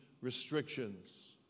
restrictions